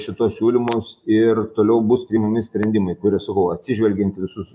šituos siūlymus ir toliau bus priimami sprendimai kuriuos sakau atsižvelgiant į visus